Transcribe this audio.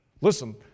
Listen